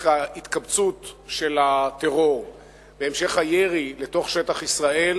ההתקבצות של הטרור והמשך הירי לתוך שטח ישראל,